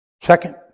Second